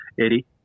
Eddie